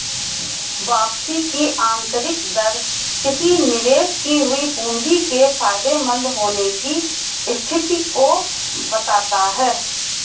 वापसी की आंतरिक दर किसी निवेश की हुई पूंजी के फायदेमंद होने की स्थिति को बताता है